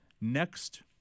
next